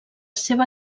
seva